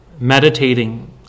meditating